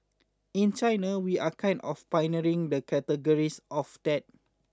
in China we are kind of pioneering the categories of that